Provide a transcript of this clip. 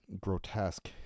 grotesque